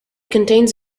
contains